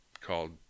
called